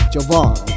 Javon